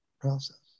process